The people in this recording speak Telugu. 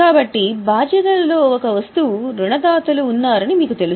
కాబట్టి బాధ్యతలలో ఒక వస్తువు రుణదాతలు ఉన్నారని మీకు తెలుసు